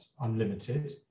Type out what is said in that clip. unlimited